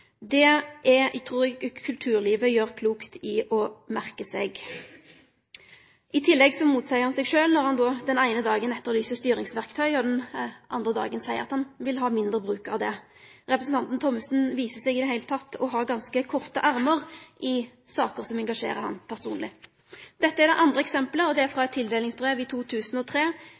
norsk kunst. Det trur eg kulturlivet gjer klokt i å merke seg. I tillegg motseier han seg sjølv når han den eine dagen etterlyser styringsverktøy og den andre dagen seier at han vil ha mindre bruk av det. Representanten Thommessen viser seg i det heile å ha ganske korte armar i saker som engasjerer han personleg. Så til det andre eksemplet, og det er frå eit tildelingsbrev frå 2003,